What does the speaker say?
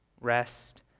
rest